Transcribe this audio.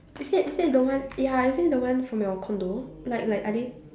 is it is it the one ya is it the one from your condo like like are they